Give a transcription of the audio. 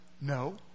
No